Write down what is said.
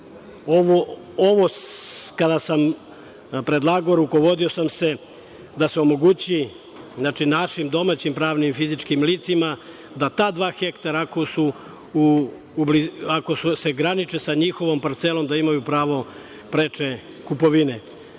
Ovo kada sam predlagao rukovodio sam se da se omogući, znači, našim domaćim pravnim fizičkim licima da ta 2 ha ako se graniče sa njihovom parcelom da imaju pravo preče kupovine. Meni